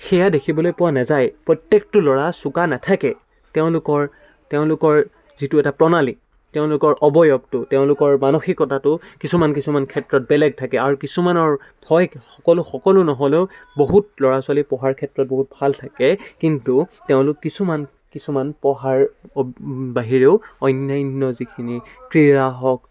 সেয়া দেখিবলৈ পোৱা নাযায় প্ৰত্যেকটো ল'ৰা চোকা নাথাকে তেওঁলোকৰ তেওঁলোকৰ যিটো এটা প্ৰণালী তেওঁলোকৰ অবয়ৱটো তেওঁলোকৰ মানসিকতাটো কিছুমান কিছুমান ক্ষেত্ৰত বেলেগ থাকে আৰু কিছুমানৰ হয় সকলো সকলো নহ'লেও বহুত ল'ৰা ছোৱালী পঢ়াৰ ক্ষেত্ৰত বহুত ভাল থাকে কিন্তু তেওঁলোক কিছুমান কিছুমান পঢ়াৰ বাহিৰেও অন্যান্য যিখিনি ক্ৰীড়া হওক